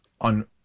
on